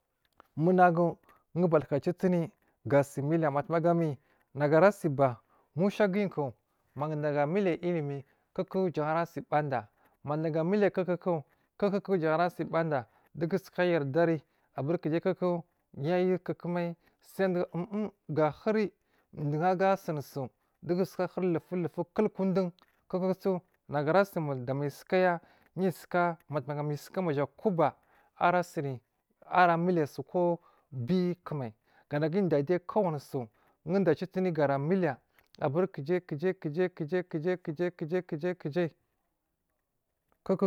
Munaguwo batuka citini ga si muliya gatuwo gami nagu asiba musha guyiku madaga muliya ilimiyi kuku jan arasi badaa madaga muliya ku ku ku jan arasi badaa dugu suka yardari aburi kowo jai kuku yayu ku mai sai du uni uni ga huri chiwo aga sunsu dugu suka huri lufuk luf kurkowo don kukusu nagu ara simul da mai sukaya, yusuka mai suka maja kubba ara suni ara muliya su ko wo biku mai ganagu udiyyade kowanisu dugu a citini gara muliya aburi kujai kujai kujai jujai kujai kujai kujai kujai.